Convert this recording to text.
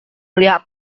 melihat